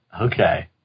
Okay